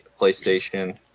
PlayStation